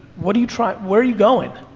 what are you trying, where are you going?